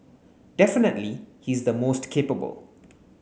definitely he's the most capable